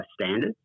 standards